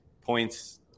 Points